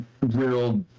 real